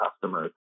customers